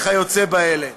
וכיוצא באלה,